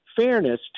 fairness